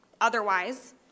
Otherwise